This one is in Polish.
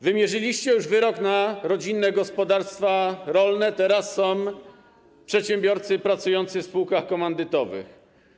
Wymierzyliście już wyrok na rodzinne gospodarstwa rolne, teraz są przedsiębiorcy pracujący w spółkach komandytowych.